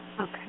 Okay